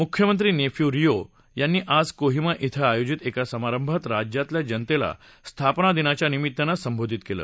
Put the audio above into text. मुख्यमंत्री नेफ्यू रिओ यांनी आज कोहिमा इं आयोजित एका समारंभात राज्यातल्या जनतेला स्थापनादिनाच्या निमित्तानं संबोधित केलं